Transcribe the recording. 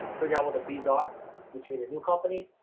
figure out what the fees are between the new company,